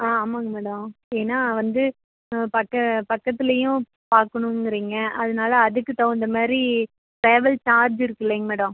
ஆ ஆமாங்க மேடம் ஏன்னால் வந்து பக்க பக்கத்துலேயும் பார்க்கணுங்குறீங்க அதனால அதுக்கு தகுந்த மாதிரி ட்ராவல் சார்ஜ் இருக்கில்லைங்க மேடம்